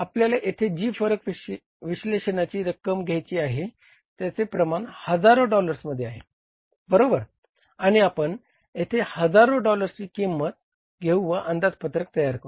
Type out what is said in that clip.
आपल्याला येथे जी फरक विश्लेषणाची रक्कम घ्यायची आहे त्याचे प्रमाण हजारो डॉलर्समध्ये आहे बरोबर आणि आपण येथे हजारो डॉलर्सची रक्कम घेऊ व अंदाजपत्रक तयार करू